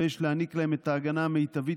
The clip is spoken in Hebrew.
ויש להעניק להם את ההגנה המיטבית,